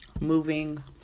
moving